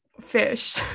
Fish